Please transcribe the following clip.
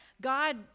God